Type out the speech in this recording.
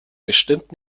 bestimmt